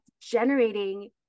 generating